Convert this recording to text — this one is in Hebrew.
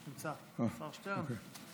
נמצא, השר שטרן נמצא.